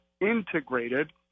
integrated